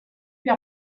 piú